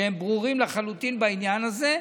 שהם ברורים לחלוטין בעניין הזה.